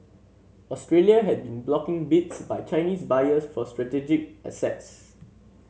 Australia had been blocking bids by Chinese buyers for strategic assets